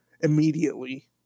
immediately